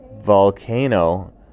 volcano